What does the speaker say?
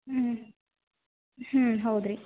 ಹ್ಞೂ ಹ್ಞೂ ಹೌದುರಿ